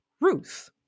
Ruth